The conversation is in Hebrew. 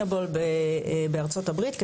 הססטיינבול בארצות הברית,